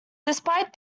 despite